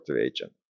agent